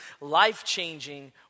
life-changing